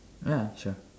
ya sure